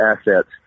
assets